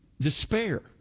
despair